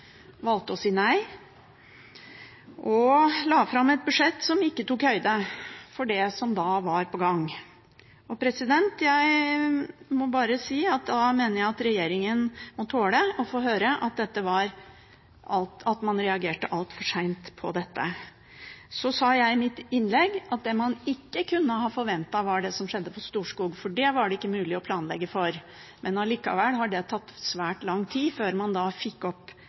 å si nei og la fram et budsjett som ikke tok høyde for det som var på gang. Jeg må bare si at da mener jeg at regjeringen må tåle å få høre at man reagerte altfor sent på dette. Så sa jeg i mitt innlegg at det man ikke kunne ha forventet, var det som skjedde på Storskog, for det var det ikke mulig å planlegge for. Allikevel har det tatt svært lang tid før man fikk opp